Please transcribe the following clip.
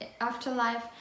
Afterlife